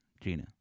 Gina